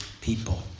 people